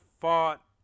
fought